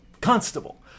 constable